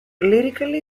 lyrically